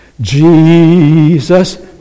Jesus